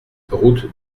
route